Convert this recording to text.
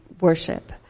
worship